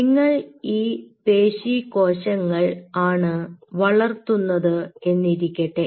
നിങ്ങൾ ഈ പേശി കോശങ്ങൾ ആണ് വളർത്തുന്നത് എന്നിരിക്കട്ടെ